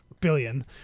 billion